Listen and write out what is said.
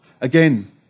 Again